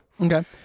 Okay